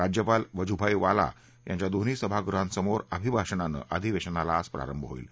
राज्यपाल वजूभाई वाला यांच्या दोन्ही सभागृहांसमोर अभिभाषणानं अधिवेशनाला आज प्रारंभ होईल